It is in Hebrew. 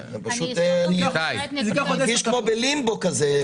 פשוט אני מרגיש כמו בלימבו כזה.